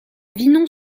vinon